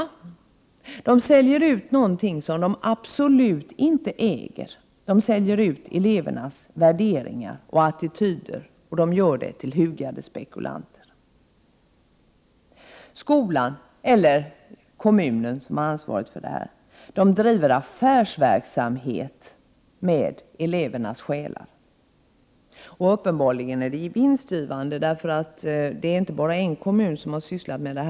Skolan säljer ut någonting som den absolut inte äger, nämligen elevernas värderingar och attityder, till hugade spekulanter. Skolan, eller kommunerna som ju har ansvaret, driver affärsverksamhet med elevernas själar. Uppenbarligen är det vinstgivande, eftersom det inte bara är en kommun som sysslar med detta.